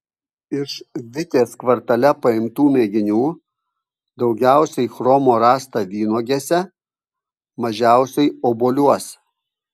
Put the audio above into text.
iš vitės kvartale paimtų mėginių daugiausiai chromo rasta vynuogėse mažiausiai obuoliuose